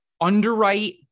underwrite